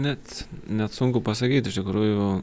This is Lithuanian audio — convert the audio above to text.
net net sunku pasakyt iš tikrųjų